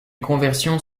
conversions